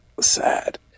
sad